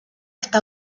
está